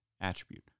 attribute